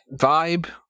vibe